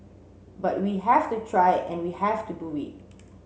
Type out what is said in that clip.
but we have to try and we have to do it